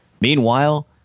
Meanwhile